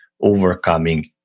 overcoming